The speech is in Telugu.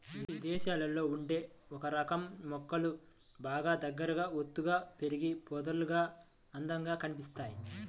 ఇదేశాల్లో ఉండే ఒకరకం మొక్కలు బాగా దగ్గరగా ఒత్తుగా పెరిగి పొదల్లాగా అందంగా కనిపిత్తయ్